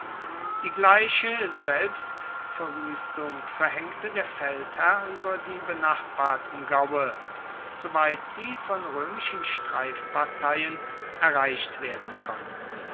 die gleiche selbstverwüstung verhängte der feldherr über die benachbarten gaue soweit sie von römischen streifparteien erreicht werden konnten